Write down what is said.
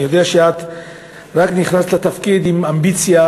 אני יודע שאת רק נכנסת לתפקיד עם אמביציה